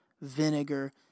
vinegar